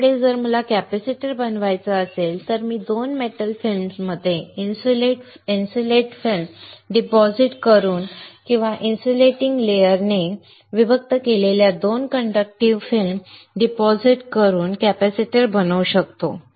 त्यामुळे जर मला कॅपेसिटर बनवायचा असेल तर मी 2 मेटल फिल्म्समध्ये इन्सुलेट फिल्म जमा करून किंवा इन्सुलेटिंग लेयर ने विभक्त केलेल्या 2 कंडक्टिव्ह फिल्म जमा करून कॅपेसिटर बनवू शकतो